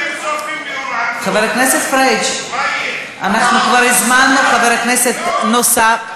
חבר הכנסת פריג', כבר הזמנו חבר כנסת נוסף.